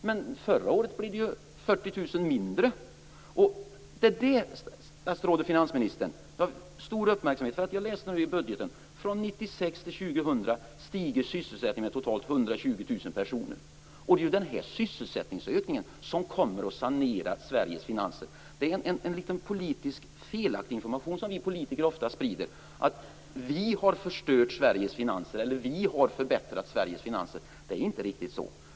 Men förra året blev det ju 40 000 Jag läste i budgeten att från år 1996 till år 2000 Det är ju den sysselsättningsökningen som kommer att sanera Sveriges finanser. Vi politiker sprider ofta den felaktiga informationen att vi har förstört eller förbättrat Sveriges finanser. Det är inte riktigt så.